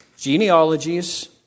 genealogies